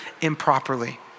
improperly